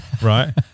right